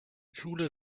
schule